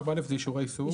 4א זה אישור סוג.